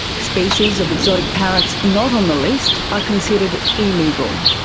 species of exotic parrots not on the list are considered illegal.